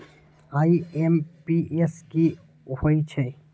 IMPS की होईछइ?